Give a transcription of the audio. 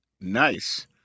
Nice